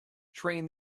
train